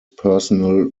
personal